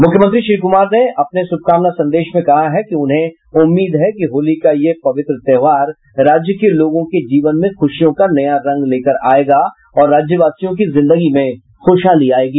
मुख्यमंत्री श्री कुमार ने अपने शुभकामना संदेश में कहा कि उन्हें उम्मीद है कि होली का यह पवित्र त्योहार राज्य के लोगों के जीवन में खुशियों का नया रंग लेकर आयेगा और राज्यवासियों की जिन्दगी में खुशहाली आयेगी